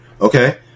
Okay